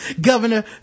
Governor